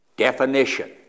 definition